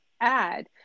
add